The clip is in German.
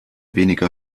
weniger